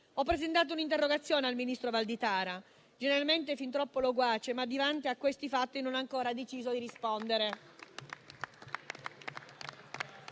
Ho presentato un'interrogazione al ministro Valditara, generalmente fin troppo loquace; ma, davanti a questi fatti, non ha ancora deciso di rispondere.